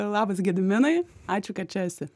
labas gediminai ačiū kad čia esi